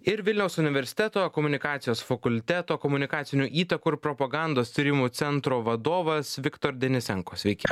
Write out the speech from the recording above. ir vilniaus universiteto komunikacijos fakulteto komunikacinių įtakų ir propagandos tyrimų centro vadovas viktor denisenko sveiki